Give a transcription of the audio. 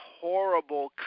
horrible